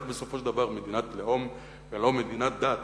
אנחנו בסופו של דבר מדינת לאום ולא מדינת דת,